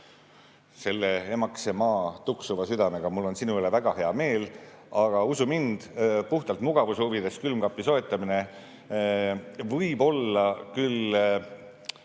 emakese maa tuksuva südamega. Mul on sinu üle väga hea meel. Aga usu mind, puhtalt mugavuse huvides külmkapi soetamine võib olla küll